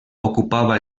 ocupava